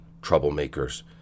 troublemakers